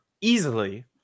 easily